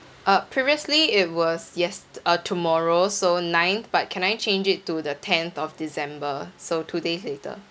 uh previously it was yest~ uh tomorrow so ninth but can I change it to the tenth of december so two days later